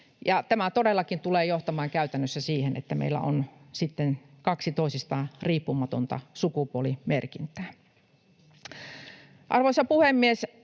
Tämä todellakin tulee johtamaan käytännössä siihen, että meillä on sitten kaksi toisistaan riippumatonta sukupuolimerkintää. Arvoisa puhemies!